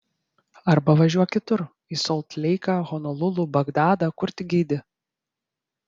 arba važiuok kitur į solt leiką honolulu bagdadą kur tik geidi